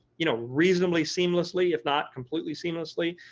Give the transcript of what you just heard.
you know reasonably seamlessly if not completely seamlessly.